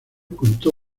contó